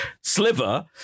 Sliver